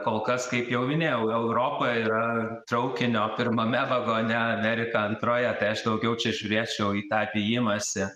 kol kas kaip jau minėjau europa yra traukinio pirmame vagone amerika antroje tai aš daugiau čia žiūrėčiau į tą vijimąsi